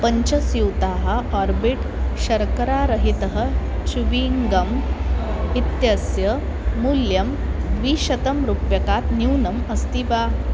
पञ्चस्यूताः Orbit शर्करारहितः chewing gum इत्यस्य मूल्यं द्विशतं रूप्यकात् न्यूनम् अस्ति वा